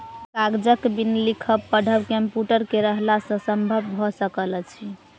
कागजक बिन लिखब पढ़ब कम्प्यूटर के रहला सॅ संभव भ सकल अछि